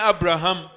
Abraham